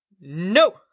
No